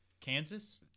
Kansas